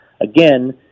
again